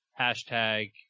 Hashtag